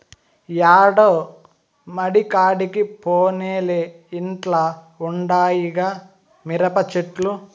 యాడో మడికాడికి పోనేలే ఇంట్ల ఉండాయిగా మిరపచెట్లు